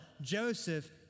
Joseph